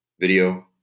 Video